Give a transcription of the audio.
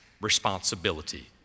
responsibility